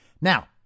now